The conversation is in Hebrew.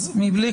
בלי,